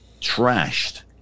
trashed